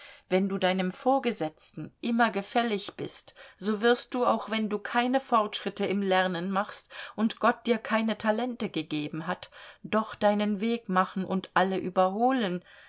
wenn du deinem vorgesetzten immer gefällig bist so wirst du auch wenn du keine fortschritte im lernen machst und gott dir keine talente gegeben hat doch deinen weg machen und alle überholen